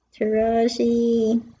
Taraji